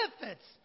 benefits